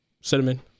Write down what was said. cinnamon